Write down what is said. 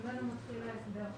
ממנו מתחיל ההסדר.